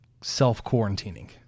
self-quarantining